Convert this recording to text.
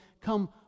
come